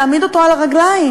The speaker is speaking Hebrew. להעמיד אותו על הרגליים.